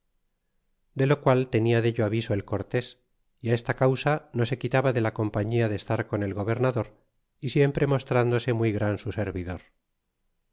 de lo qual tenia dello aviso el cortés y esta causa no se quitaba de la compañía de estar con el gobernador y siempre mostrándose muy gran su servidor